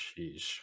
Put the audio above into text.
Sheesh